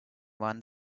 one